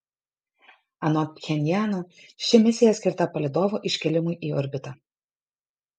anot pchenjano ši misija skirta palydovo iškėlimui į orbitą